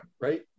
right